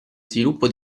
sviluppo